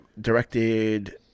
directed